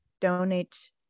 donate